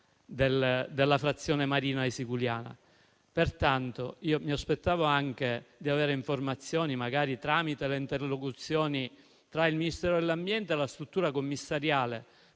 della frazione marina di Siculiana. Pertanto, mi aspettavo anche di ricevere informazioni, magari tramite le interlocuzioni tra il Ministero dell'ambiente e la struttura commissariale,